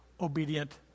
obedient